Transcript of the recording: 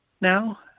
now